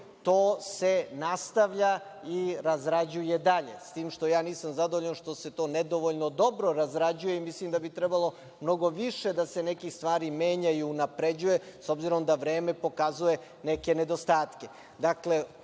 to se nastavlja i razrađuje dalje. S tim što ja nisam zadovoljan što se to nedovoljno dobro razređuje i mislim da bi trebalo mnogo više nekih stvari da se menja i unapređuje, s obzirom da vreme pokazuje neke nedostatke. Dakle,